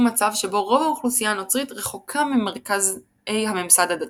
מצב שבו רוב האוכלוסייה הנוצרית רחוקה ממרכזי הממסד הדתי.